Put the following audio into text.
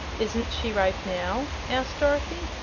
isn't she ripe now? asked dorothy.